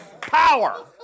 Power